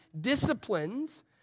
disciplines